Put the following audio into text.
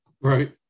Right